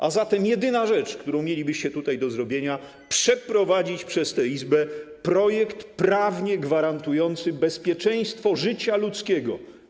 A zatem jedyna rzecz, którą mielibyście tutaj do zrobienia: przeprowadzić przez tę Izbę projekt prawnie gwarantujący bezpieczeństwo życia ludzkiego.